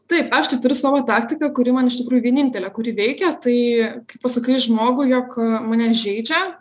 taip aš tai turiu savo taktiką kuri man iš tikrųjų vienintelė kuri veikia tai pasakai žmogui jog mane žeidžia